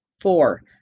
Four